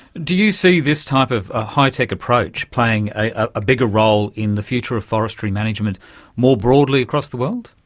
do you see this type of ah high-tech approach playing a ah bigger role in the future of forestry management more broadly across the world?